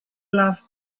laughed